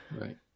Right